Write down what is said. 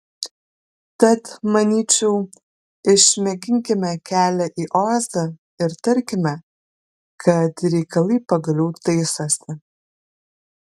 tad manyčiau išmėginkime kelią į ozą ir tarkime kad reikalai pagaliau taisosi